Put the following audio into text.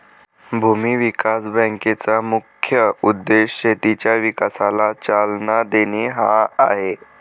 भूमी विकास बँकेचा मुख्य उद्देश शेतीच्या विकासाला चालना देणे हा आहे